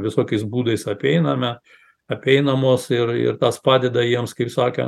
visokiais būdais apeiname apeinamos ir ir tas padeda jiems kaip sakė